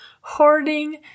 hoarding